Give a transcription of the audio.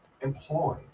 employ